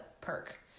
perk